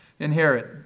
Inherit